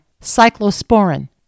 cyclosporin